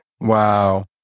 Wow